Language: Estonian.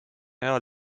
ajal